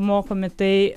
mokomi tai